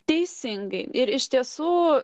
teisingai ir iš tiesų